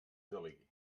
delegui